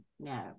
no